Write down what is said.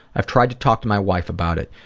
i've tried to talk to my wife about it.